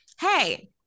Hey